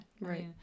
right